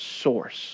source